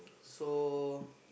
so